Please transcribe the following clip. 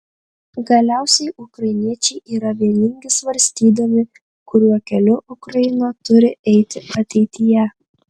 galiausiai ukrainiečiai yra vieningi svarstydami kuriuo keliu ukraina turi eiti ateityje